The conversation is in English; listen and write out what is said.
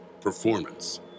Performance